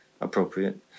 appropriate